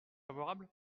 favorable